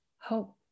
hope